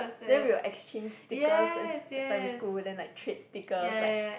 then we will exchange stickers it's primary school then like trade stickers like